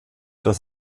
dass